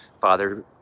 Father